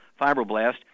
fibroblast